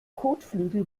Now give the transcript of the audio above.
kotflügel